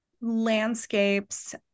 landscapes